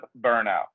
burnout